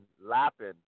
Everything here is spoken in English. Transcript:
lapping